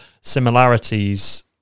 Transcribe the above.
similarities